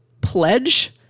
pledge